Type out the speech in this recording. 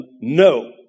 no